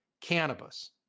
cannabis